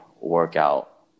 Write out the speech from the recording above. workout